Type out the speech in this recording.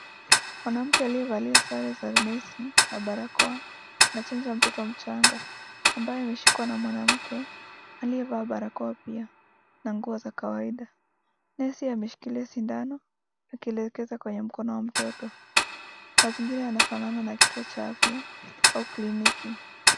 Mwanamke aliyevalia sare za nesi na barakoa anachanja mtoto mchanga ambaye ameshikwa na mwanamke aliyevaa barakoa pia na nguo za kawaida. Nesi ameshikilia sindano akielekeza kwenye mkono wa mtoto. Mazingira yanafanana na kituo cha afya au kliniki.